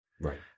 Right